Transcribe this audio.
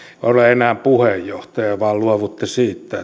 ole enää puheenjohtaja vaan luovutte siitä